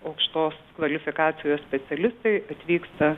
aukštos kvalifikacijos specialistai atvyksta